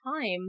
time